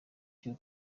cyo